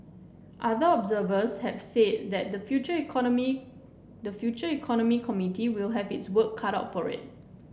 other observers have said the Future Economy the Future Economy Committee will have its work cut out for it